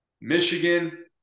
Michigan